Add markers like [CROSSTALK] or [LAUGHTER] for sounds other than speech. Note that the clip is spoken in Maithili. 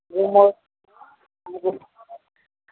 [UNINTELLIGIBLE]